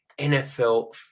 NFL